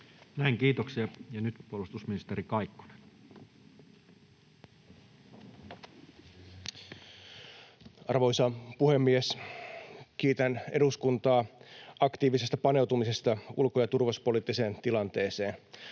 tilanteesta Time: 14:06 Content: Arvoisa puhemies! Kiitän eduskuntaa aktiivisesta paneutumisesta ulko- ja turvallisuuspoliittiseen tilanteeseen.